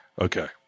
Okay